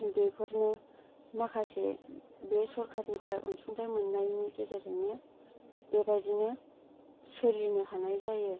बेफोरनो माखासे बे सरखारनिफ्राय आनसुंथाइ मोननायनि गेजेरजोंनो बेबादिनो सोलिनो हानाय जायो